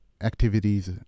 activities